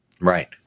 Right